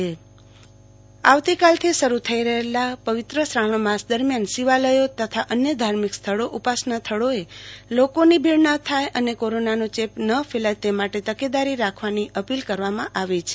આરતી ભદ્દ શ્રાવણ માસનો પ્રારંભ મંગળવારથી શરૂ થઈ રહેલા પવિત્ર શ્રાવણ માસ દરમિયાન શિવાલયો તથા અન્ય ધાર્મિક સ્થળોઉપાસનાના સ્થળોએ લોકોની ભીડનાં થાય અને કોરોનનો ચેપનાં ફેલાય તે માટે તકેદારી રાખવાની અપીલ કરવામાં આવી છે